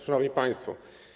Szanowni Państwo!